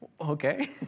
Okay